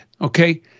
okay